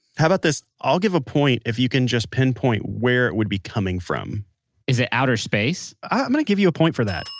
how about this? i'll give a point if you can just pinpoint where it would be coming from is it outer space? i'm going to give you a point for that.